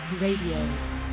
Radio